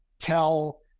tell